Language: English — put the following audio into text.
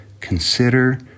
consider